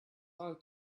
out